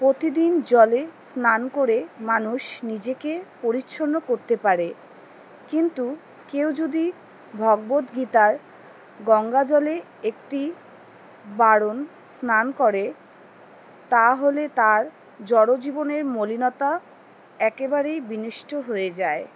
প্রতিদিন জলে স্নান করে মানুষ নিজেকে পরিচ্ছন্ন করতে পারে কিন্তু কেউ যদি ভগবদ্গীতার গঙ্গাজলে একটি বারণ স্নান করে তাহলে তার জড়জীবনের মলিনতা একেবারেই বিনষ্ট হয়ে যায়